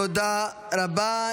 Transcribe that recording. תודה רבה.